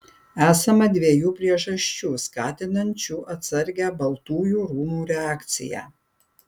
esama dviejų priežasčių skatinančių atsargią baltųjų rūmų reakciją